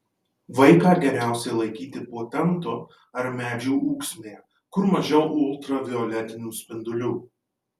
vaiką geriausiai laikyti po tentu ar medžių ūksmėje kur mažiau ultravioletinių spindulių